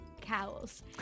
cows